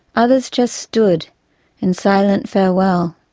others just stood in silent farewell.